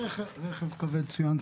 מה הכוונה שרכב כבד כבר צוין?